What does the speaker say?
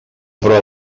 proa